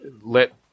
let